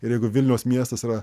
ir jeigu vilniaus miestas yra